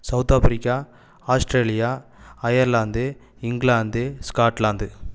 South Africa Australia Ireland England Scotland